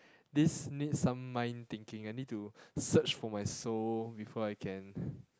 this needs some mind thinking I need to search for my soul before I can